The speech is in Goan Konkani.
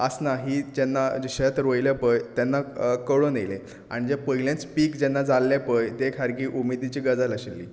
आसना जेन्ना शेत रोयलें पळय तेन्ना कळून आयलें आनी जें पयलेंच पीक जेन्ना जाल्लें पळय ते सारकी उमेदीची गजाल आशिल्ली